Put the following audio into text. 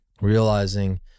Realizing